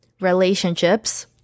relationships